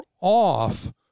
off